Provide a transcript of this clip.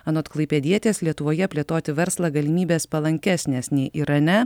anot klaipėdietės lietuvoje plėtoti verslą galimybės palankesnės nei irane